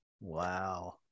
Wow